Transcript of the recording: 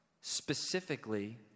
specifically